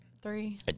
Three